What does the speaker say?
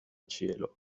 ĉielo